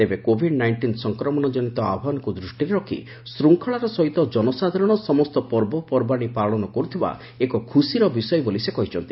ତେବେ Covid nineteen ସଂକ୍ରମଣଙ୍କନିତ ଆହ୍ୱାନକୁ ଦୃଷ୍ଟିରେ ରଖି ଶୃଙ୍ଖଳାର ସହିତ ଜନସାଧାରଣ ସମସ୍ତ ପର୍ବପର୍ବାଣି ପାଳନ କରୁଥିବା ଏକ ଖୁସିର ବିଷୟ ବୋଲି ସେ କହିଛନ୍ତି